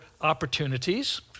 opportunities